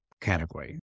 category